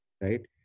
Right